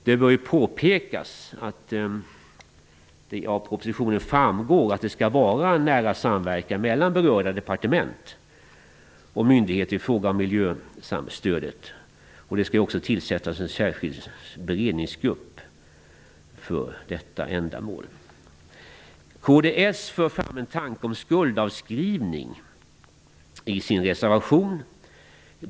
Det bör dock påpekas att det i propositionen framgår att det skall vara en nära samverkan mellan berörda departement och myndigheter i fråga om miljöstödet. En särskild beredningsgrupp skall tillsättas för detta. Kds för fram en tanke om skuldavskrivning i sin reservation.